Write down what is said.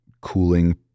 cooling